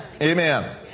Amen